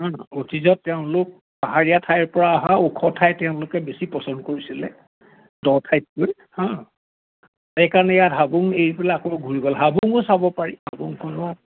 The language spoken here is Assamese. অতীজত তেওঁলোক পাহাৰীয়া ঠাইৰ পৰা অহা ওখ ঠাই তেওঁলোকে বেছি পচন্দ কৰিছিলে সেইকাৰণে ইয়াত হাবুং এইবিলাক আকৌ ঘূৰি গ'ল হাবুঙো চাব পাৰি হাবুংখন